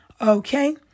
Okay